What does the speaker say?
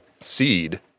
seed